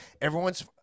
everyone's